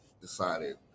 decided